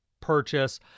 purchase